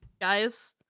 Guys